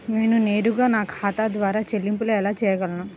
నేను నేరుగా నా ఖాతా ద్వారా చెల్లింపులు ఎలా చేయగలను?